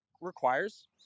requires